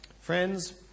Friends